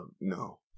no